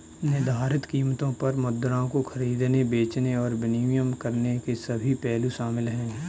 निर्धारित कीमतों पर मुद्राओं को खरीदने, बेचने और विनिमय करने के सभी पहलू शामिल हैं